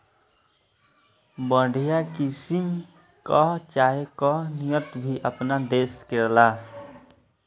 बढ़िया किसिम कअ चाय कअ निर्यात भी आपन देस करेला